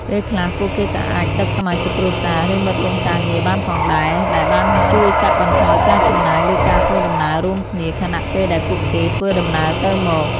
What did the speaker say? ពេលខ្លះ ពួកគេក៏អាចដឹកសមាជិកគ្រួសារ ឬមិត្តរួមការងារបានផងដែរដែលបានជួយកាត់បន្ថយការចំណាយលើការធ្វើដំណើររួមគ្នា ខណៈពេលដែលពួកគេធ្វើដំណើរទៅមក។